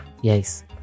Yes